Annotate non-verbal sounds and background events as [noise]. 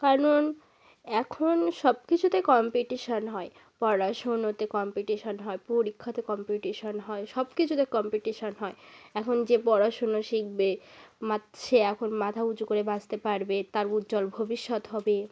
কারণ এখন সব কিছুতে কম্পিটিশন হয় পড়াশুনোতে কম্পিটিশন হয় পরীক্ষাতে কম্পিটিশন হয় সব কিছুতে কম্পিটিশন হয় এখন যে পড়াশুনো শিখবে [unintelligible] সে এখন মাথা উঁচু করে বাঁচতে পারবে তার উজ্জ্বল ভবিষ্যৎ হবে